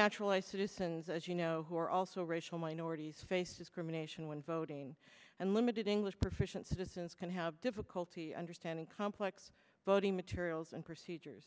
naturalized citizens as you know who are also racial minorities face discrimination when voting and limited english proficiency systems can have difficulty understanding complex voting materials and procedures